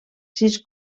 sis